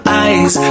eyes